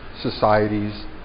societies